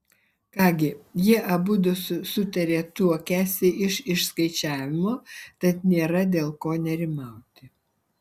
ką gi jie abudu sutarė tuokiąsi iš išskaičiavimo tad nėra dėl ko nerimauti